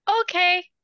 Okay